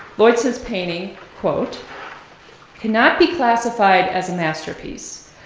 leutze's painting cannot be classified as a masterpiece.